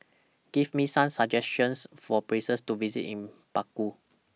Give Me Some suggestions For Places to visit in Baku